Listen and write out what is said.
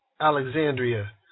Alexandria